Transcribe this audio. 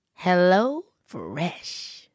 HelloFresh